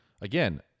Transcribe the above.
again